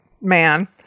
man